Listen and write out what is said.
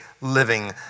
living